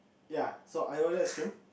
ya so I ordered ice cream